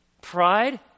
Pride